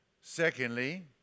Secondly